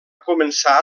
començar